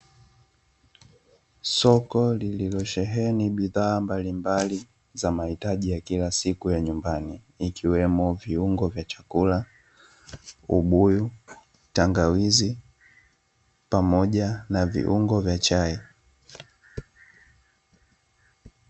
Soko lililosheheni bidhaa mbalimbali za mahitaji ya kila siku ya nyumbani ikiwemo; viungo vya chakula, ubuyu, tangawizi pamoja na viungo vya chai.